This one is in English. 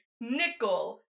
nickel